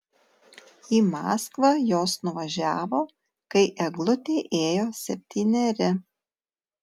į maskvą jos nuvažiavo kai eglutei ėjo septyneri